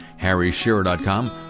HarryShearer.com